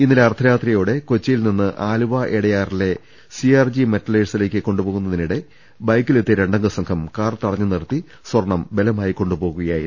ഇന്നലെ അർദ്ധരാത്രി യോടെ കൊച്ചിയിൽ നിന്നും ആലുവ എടയാറിലെ സി ആർ ജി മെറ്റലേഴ്സിലേക്ക് കൊണ്ടുപോകുന്നതിനിടെ ബൈക്കിലെത്തിയ രണ്ടംഗ സംഘം കാർ തടഞ്ഞു നിർത്തി സ്വർണം ബലമായി കൊണ്ടുപോവുകയായിരുന്നു